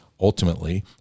ultimately